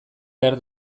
behar